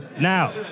Now